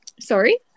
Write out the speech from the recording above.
Sorry